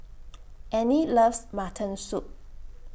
Anie loves Mutton Soup